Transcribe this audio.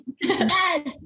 yes